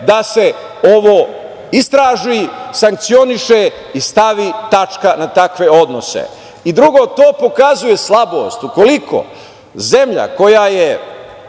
da se ovo istraži, sankcioniše i stavi tačka na takve odnose. Drugo, to pokazuje slabost. Ukoliko zemlja koja je